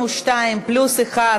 62 פלוס אחד,